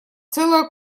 целая